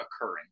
occurring